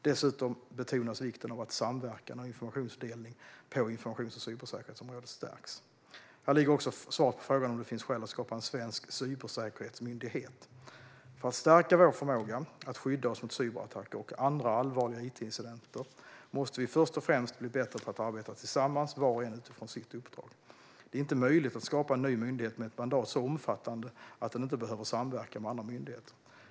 Dessutom betonas vikten av att samverkan och informationsdelning på informations och cybersäkerhetsområdet stärks. Här ligger också svaret på frågan om det finns skäl att skapa en svensk cybersäkerhetsmyndighet. För att stärka vår förmåga att skydda oss mot cyberattacker och andra allvarliga it-incidenter måste vi först och främst bli bättre på att arbeta tillsammans, var och en utifrån sitt uppdrag. Det är inte möjligt att skapa en ny myndighet med ett mandat så omfattande att den inte behöver samverka med andra myndigheter.